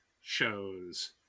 shows